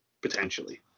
potentially